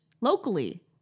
locally